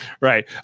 Right